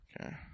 Okay